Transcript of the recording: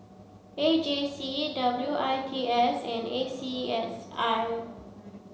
A J C A W I T S and A C S I